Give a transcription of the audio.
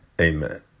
Amen